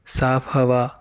صاف ہوا